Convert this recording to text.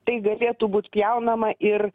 tai galėtų būt pjaunama ir